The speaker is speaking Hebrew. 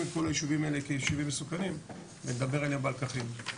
את הישובים האלה כישובים מסוכנים ונדבר עליהם בלקחים.